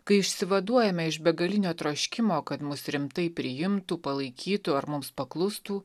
kai išsivaduojame iš begalinio troškimo kad mus rimtai priimtų palaikytų ar mums paklustų